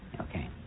okay